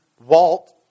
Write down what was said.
Walt